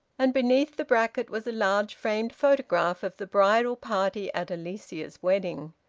and beneath the bracket was a large framed photograph of the bridal party at alicia's wedding.